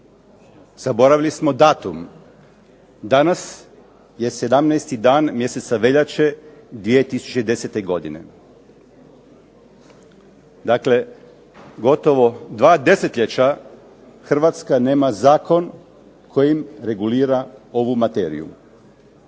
Zaboravili smo datum. Danas je 17. dan mjeseca veljače 2010. godine. Dakle, gotovo dva desetljeća Hrvatska nema zakon kojim regulira ovu materiju.